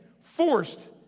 forced